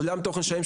עולם תוכן שלם,